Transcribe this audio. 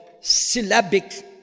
syllabic